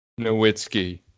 Nowitzki